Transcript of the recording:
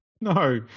No